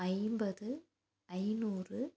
ஐம்பது ஐந்நூறு